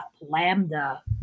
lambda